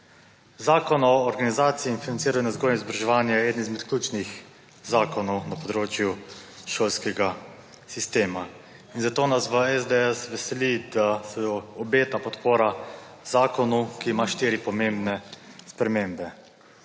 Zakon o organizaciji in financiranju vzgoje in izobraževanja je eden izmed ključnih zakonov na področju šolskega sistema. In zato nas v SDS veseli, da se obeta podpora zakonu, ki ima štiri pomembne spremembe.